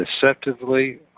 Deceptively